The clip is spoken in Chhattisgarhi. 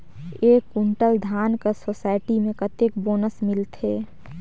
एक कुंटल धान कर सोसायटी मे कतेक बोनस मिलथे?